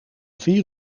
vier